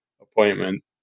appointment